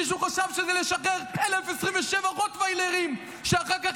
מישהו חשב שזה לשחרר 1,027 רוטוויילרים שאחר כך